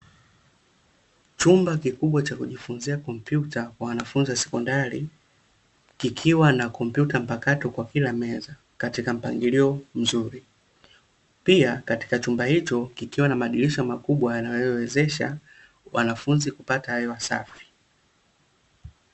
Chumba kikubwa cha kujifunza kompyuta kwa wanafunzi wa sekondari, kikiwa na kompyuta mpakato kwa kila meza katika mpangilio mzuri. Pia katika chumba hicho, kikiwa na madirisha makubwa yanayowezesha wanafunzi kupata hewa safi.